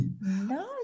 No